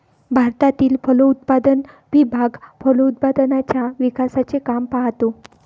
भारतातील फलोत्पादन विभाग फलोत्पादनाच्या विकासाचे काम पाहतो